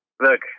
Look